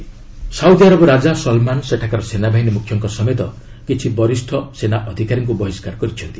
Saudi sack Saudi Arab ରାଜା Salman ସେଠାକାର ସେନାବାହିନୀ ମୁଖ୍ୟଙ୍କ ସମେତ କିଛି ବରିଷ୍ଣ ସେନା ଅଧିକାରୀଙ୍କୁ ବହିଷ୍କାର କରିଛନ୍ତି